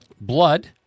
Blood